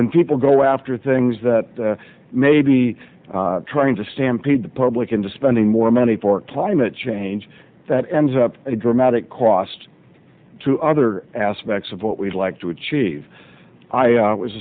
when people go after things that maybe trying to stampede the public into spending more money for climate change that ends up a dramatic cost to other aspects of what we'd like to achieve i